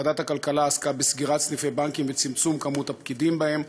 ועדת הכלכלה עסקה בסגירת סניפי בנקים וצמצום כמות הפקידים בהם,